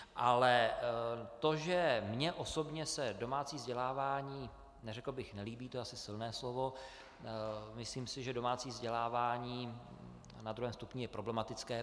Ale to, že mně osobně se domácí vzdělávání neřekl bych nelíbí, to je asi silné slovo, myslím si, že domácí vzdělávání na druhém stupni je problematické.